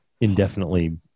indefinitely